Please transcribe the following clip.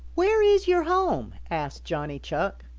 where is your home? asked johnny chuck.